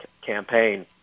campaign